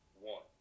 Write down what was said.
one